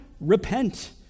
Repent